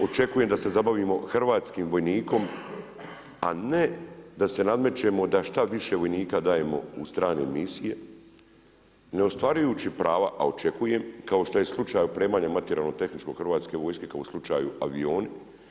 Očekujem da se zabavimo hrvatskim vojnikom, a ne da se nadmećemo da šta više vojnika dajemo u strane misije ne ostvarujući prava, a očekujem kao što je slučaj opremanja materijalno-tehničko Hrvatske vojske kao u slučaju avioni.